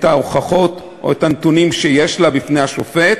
ההוכחות או את הנתונים שיש לה לפני השופט,